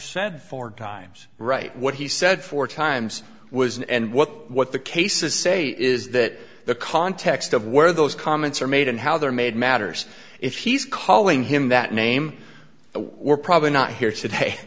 said four times right what he said four times was and what what the case is say is that the context of where those comments are made and how they are made matters if he's calling him that name we're probably not here today